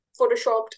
photoshopped